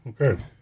Okay